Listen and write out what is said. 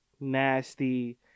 nasty